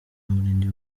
murenge